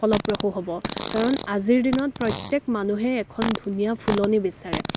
ফলপ্ৰসু হ'ব কাৰণ আজিৰ দিনত প্ৰত্যেক মানুহেই এখন ধুনীয়া ফুলনি বিচাৰে